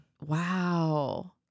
Wow